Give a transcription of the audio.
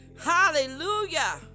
hallelujah